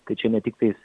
tai čia ne tiktais